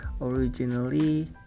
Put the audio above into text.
originally